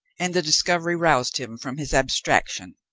and the discovery roused him from his abstraction.